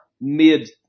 mid